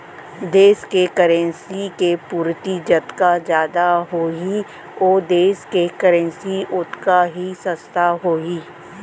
देस के करेंसी के पूरति जतका जादा होही ओ देस के करेंसी ओतका ही सस्ता होही